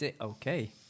Okay